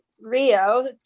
Rio